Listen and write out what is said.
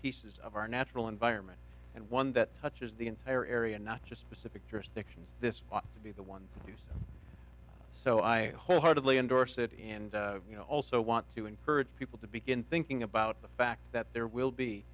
pieces of our natural environment and one that touches the entire area not just pacific jurisdictions this ought to be the one so i wholeheartedly endorse it and you know i also want to encourage people to begin thinking about the fact that there will be